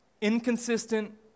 Inconsistent